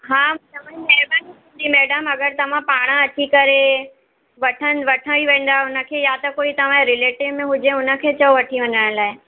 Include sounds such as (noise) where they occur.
हा (unintelligible) मैडम अगरि तव्हां पाणि अची करे वठणु वठी वेंदा हुनखे या त कोई तव्हांजो रिलेटिव में हुजे हुनखे चयो वठी वञण लाइ